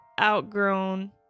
outgrown